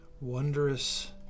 Wondrous